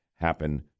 happen